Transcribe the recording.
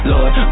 Lord